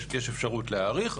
ויש אפשרות להאריך.